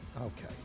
okay